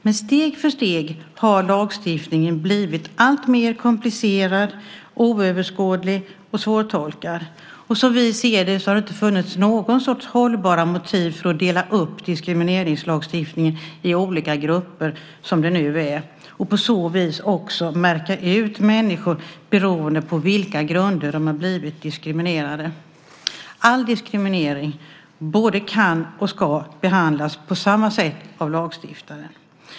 Men steg för steg har lagstiftningen blivit alltmer komplicerad, oöverskådlig och svårtolkad. Som vi ser det har det inte funnits någon sorts hållbara motiv för att dela upp diskrimineringslagstiftningen i olika grupper, som det nu är, och på så vis också märka ut människor beroende på vilka grunder de har blivit diskriminerade på. All diskriminering både kan och ska behandlas på samma sätt av lagstiftaren.